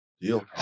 Deal